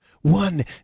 One